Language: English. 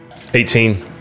18